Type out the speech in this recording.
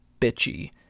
bitchy